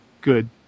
Good